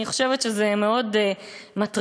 אני חושבת שזה מאוד מטריד.